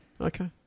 Okay